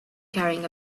carrying